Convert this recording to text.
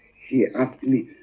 he asked me